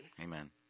Amen